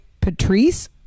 Patrice